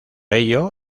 ello